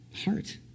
Heart